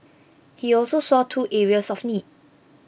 he also saw two areas of need